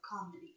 comedy